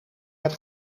het